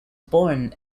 born